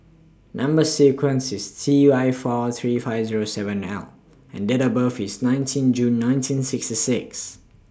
Number sequence IS T one four three five seven Zero nine L and Date of birth IS nineteen June nineteen sixty six